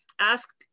ask